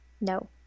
no